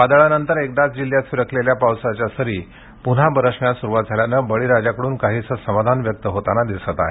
वादळानंतर एकदाच जिल्ह्यात फिरकलेल्या पावसाच्या सरी पुन्हा बरसण्यास सुरवात झाल्याने बळीराजाकडुन काहीसे समाधान व्यक्त होतांना दिसत आहे